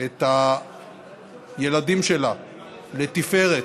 את הילדים שלה לתפארת,